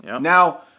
Now